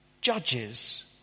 Judges